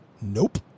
nope